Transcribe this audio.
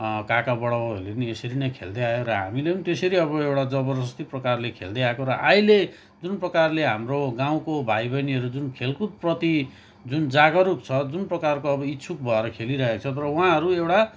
काका बडाबाउहरूले नि यसरी नै खेल्दै आए र हामीले पनि त्यसरी अब एउटा जबर्जस्ती प्रकारले खेल्दै आएको र अहिले जुन प्रकारले हाम्रो गाउँको भाइ बहिनीहरू जुन खेलकुदप्रति जुन जागरुक छ जुन प्रकारको अब इच्छुक भएर खेलिरहेको छ तर उहाँहरू एउटा